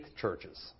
churches